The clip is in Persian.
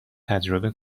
تجربه